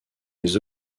les